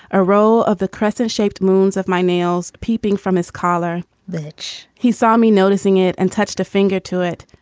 a roll of the crescent shaped moons of my nails peeping from his collar, which he saw me noticing it and touched a finger to it.